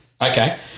okay